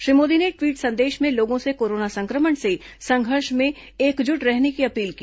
श्री मोदी ने ट्वीट संदेश में लोगों से कोरोना संक्रमण से संघर्ष में एकजुट रहने की अपील की